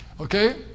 Okay